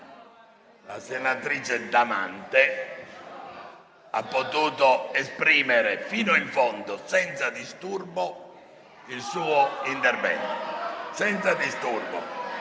La senatrice Damante ha potuto esprimere fino in fondo, senza disturbo, il suo intervento.